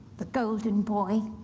the golden boy,